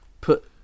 put